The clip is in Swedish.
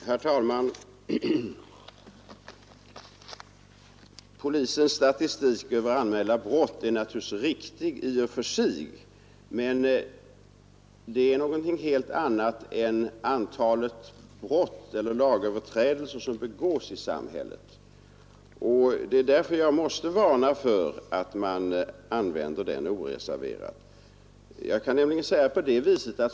Herr talman! Polisens statistik över anmälda brott är naturligtvis riktig i och för sig. Men det är någonting helt annat än antalet lagöverträdelser som begås i samhället, och det är därför som jag måste varna för att använda den statistiken oreserverat.